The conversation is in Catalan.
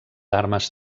armes